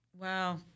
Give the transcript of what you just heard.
Wow